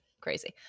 crazy